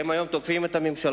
הם תוקפים היום את הממשלה,